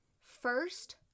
first